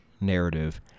narrative